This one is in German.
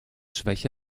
schwäche